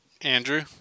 Andrew